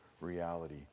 reality